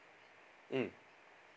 mm